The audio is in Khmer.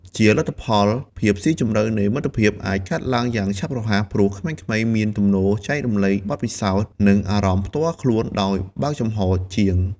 ជាលទ្ធផល ភាពស៊ីជម្រៅនៃមិត្តភាពអាចកើតឡើងយ៉ាងឆាប់រហ័ស ព្រោះក្មេងៗមានទំនោរចែករំលែកបទពិសោធន៍ និងអារម្មណ៍ផ្ទាល់ខ្លួនដោយបើកចំហរជាង។